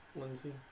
Lindsay